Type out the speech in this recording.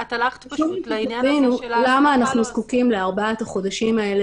הלכת לעניין הזה של ההסמכה --- למה אנחנו זקוקים לארבעת החודשים האלה?